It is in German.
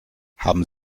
haben